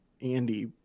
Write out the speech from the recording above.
Andy